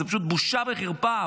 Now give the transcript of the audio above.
זו פשוט בושה וחרפה,